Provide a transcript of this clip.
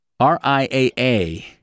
RIAA